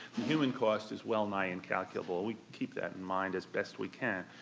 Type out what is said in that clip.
human cost is well nigh incalculable. we keep that in mind as best we can.